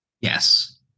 Yes